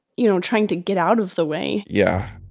you know, trying to get out of the way yeah